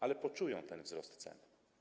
Ale poczują ten wzrost cen.